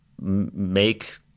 make